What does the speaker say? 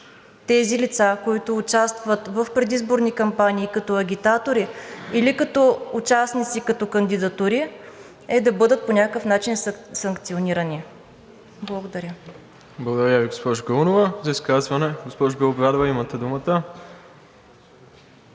тези лица, които участват в предизборни кампании като агитатори или като участници като кандидатури, да бъдат по някакъв начин санкционирани? Благодаря. ПРЕДСЕДАТЕЛ МИРОСЛАВ ИВАНОВ: Благодаря Ви, госпожо Галунова. За изказване, госпожо Белобрадова, имате думата.